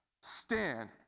stand